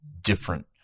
different